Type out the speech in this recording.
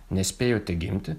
nespėjote gimti